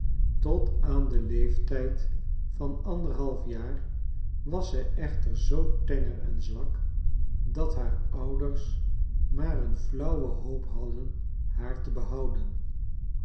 tot aan den leeftijd van anderhalf jaar was ze echter zoo tenger en zwak dat haar ouders maar een flauwe hoop hadden haar te behouden